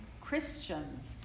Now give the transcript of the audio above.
Christians